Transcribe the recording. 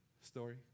story